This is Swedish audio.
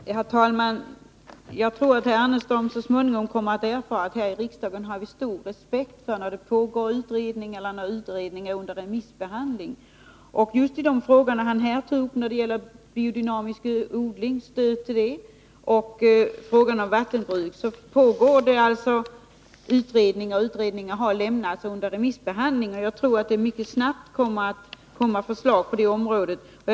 Herr talman! Jag tror att herr Ernestam så småningom kommer att erfara att vi här i riksdagen har stor respekt för att en utredning pågår eller att en utredning är under remissbehandling. Just i de frågor herr Ernestam tog upp — frågan om stöd till biodynamisk odling och frågan om vattenbruk — pågår det utredning eller är utredning under remissbehandling. Jag tror att det mycket snart kommer att framläggas förslag på de områdena.